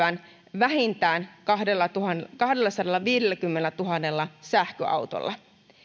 vähintään kahdellasadallaviidelläkymmenellätuhannella sähköautolla